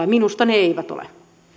ja minusta ne eivät ole